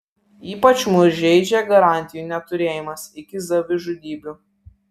ypač mus žeidžia garantijų neturėjimas iki savižudybių